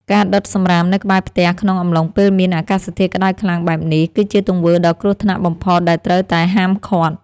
ការដុតសំរាមនៅក្បែរផ្ទះក្នុងអំឡុងពេលមានអាកាសធាតុក្តៅខ្លាំងបែបនេះ គឺជាទង្វើដ៏គ្រោះថ្នាក់បំផុតដែលត្រូវតែហាមឃាត់។